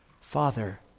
Father